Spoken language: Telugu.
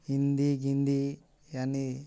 హిందీ గింది అన్నీ